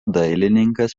dailininkas